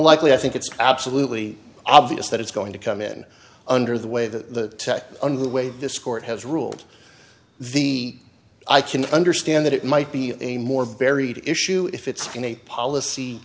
likely i think it's absolutely obvious that it's going to come in under the way the under way this court has ruled the i can understand that it might be a more varied issue if it's in a policy